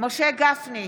משה גפני,